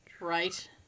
Right